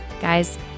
Guys